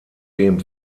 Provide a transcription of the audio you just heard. dem